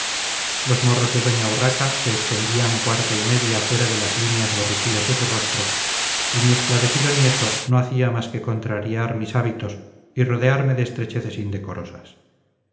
los morros de doña urracase extendían cuarta y media fuera de las líneas borriquiles de su rostro y mi esclarecido nieto no hacía más que contrariar mis hábitos y rodearme de estrecheces indecorosas